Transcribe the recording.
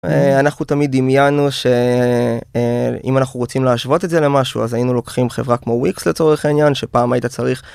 אנחנו תמיד דמיינו שאם אנחנו רוצים להשוות את זה למשהו אז היינו לוקחים חברה כמו ויקס לצורך העניין שפעם היית צריך.